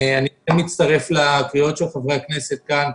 אני מצטרף לקריאות של חברי הכנסת כאן,